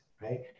right